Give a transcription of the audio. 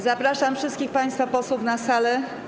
Zapraszam wszystkich państwa posłów na salę.